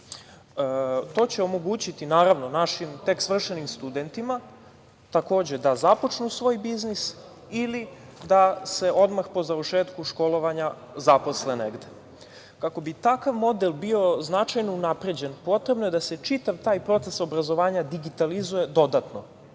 će omogućiti, naravno, našim tek svršenim studentima takođe da započnu svoj biznis ili da se odmah po završetku školovanja zaposle negde. Kako bi takav model bio značajno unapređen, potrebno je da se čitav taj proces obrazovanja digitalizuje dodatno.